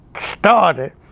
started